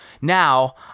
now